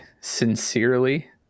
sincerely